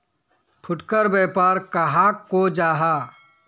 फुटकर व्यापार कहाक को जाहा?